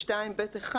(2ב1)